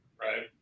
Right